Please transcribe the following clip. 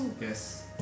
yes